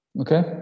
Okay